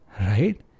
Right